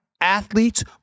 athletes